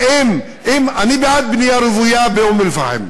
אני בעד בנייה רוויה באום-אלפחם.